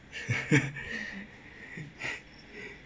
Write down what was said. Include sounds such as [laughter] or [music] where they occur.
[laughs]